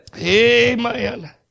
Amen